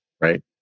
right